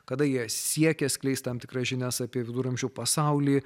kada jie siekia skleisti tam tikras žinias apie viduramžių pasaulį